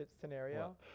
scenario